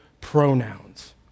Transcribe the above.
pronouns